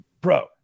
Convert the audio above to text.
bro